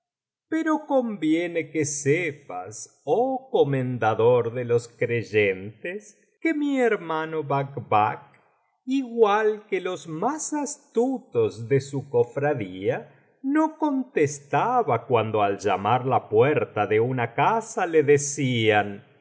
pero conviene que sepas oh comendador de los creyentes que mi hermano bacbac igual que los más astutos de su cofradía no contestaba cuando al llamar á la puerta de una casa le decían